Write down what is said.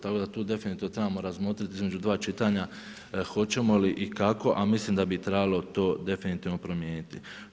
Tako da tu definitivno trebamo razmotrit između dva čitanja hoćemo li i kako, a mislim da bi trebali to definitivno promijeniti.